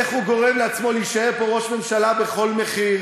איך הוא גורם לעצמו להישאר פה ראש ממשלה בכל מחיר.